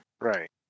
Right